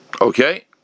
Okay